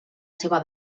seva